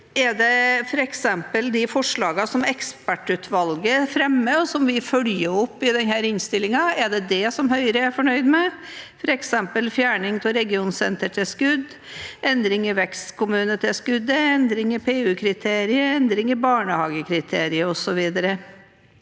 Er det f.eks. de forslagene som ekspertutvalget fremmer, og som vi følger opp i denne innstillingen? Er det det Høyre er fornøyd med, f.eks. fjerning av regionsentertilskudd, endring i vekstkommunetilskuddet, endring i PU-kriteriet, endring i barnehagekriterier, osv.?